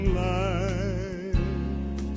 life